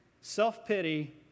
Self-pity